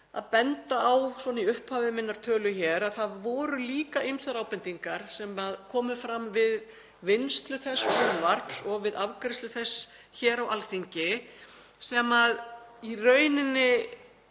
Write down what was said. að benda á, svona í upphafi minnar tölu hér, að það voru líka ýmsar ábendingar sem komu fram við vinnslu þess frumvarps og við afgreiðslu þess hér á Alþingi sem í rauninni